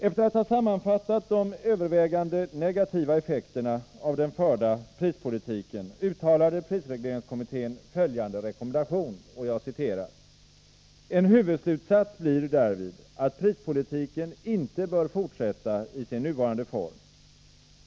Efter att ha sammanfattat de övervägande negativa effekterna av den förda prispolitiken uttalade prisregleringskommittén följande rekommendation: ”En huvudslutsats blir därvid att prispolitiken inte bör fortsätta i sin nuvarande form.